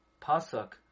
Pasuk